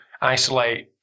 isolate